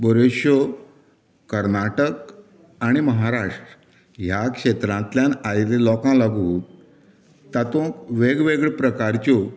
बऱ्योचश्यो कर्नाटक आनी महाराष्ट्र ह्या क्षेत्रांतल्यान आयिल्ल्या लोकांक लागून तातूंत वेगवेळ्या प्रकारच्यो